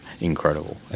incredible